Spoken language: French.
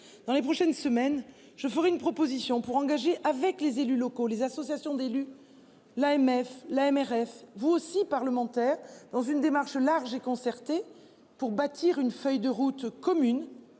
Dans les prochaines semaines. Je ferai une proposition pour engager avec les élus locaux, les associations d'élus. L'AMF l'AMRF vous aussi parlementaire dans une démarche large et concertée pour bâtir une feuille de route commune